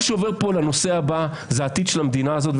מה שעובר פה לנושא הבא זה העתיד של המדינה הזאת,